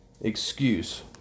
excuse